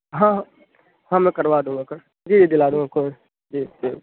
ہاں ہاں میں کروا دوں گا کل جی دِلا دوں گا آپ کو جی